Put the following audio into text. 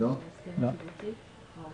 גם איש שמאוד מאוד דואג למטפלים ומטפלות,